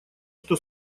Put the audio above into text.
что